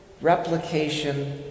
Replication